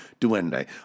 Duende